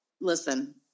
listen